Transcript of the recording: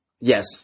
Yes